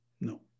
No